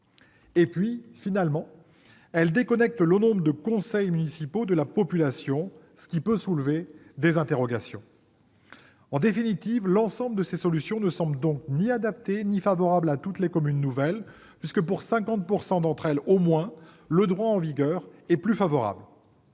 Enfin, cette solution déconnecte le nombre de conseils municipauxde la population, ce qui peut soulever desinterrogations. En définitive, l'ensemble de ces solutions ne semblent doncni adaptées ni favorables à toutes les communes nouvellespuisque, pour 50 % d'entre elles au moins, le droit envigueur est plus favorable.